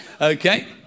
Okay